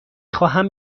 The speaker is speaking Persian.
خواهم